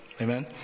amen